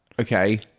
okay